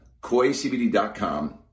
koicbd.com